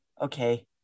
okay